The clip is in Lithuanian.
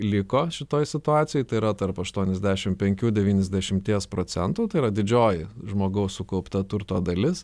liko šitoj situacijoj tai yra tarp aštuoniasdešim penkių devyniasdešimties procentų tai yra didžioji žmogaus sukaupta turto dalis